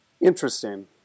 Interesting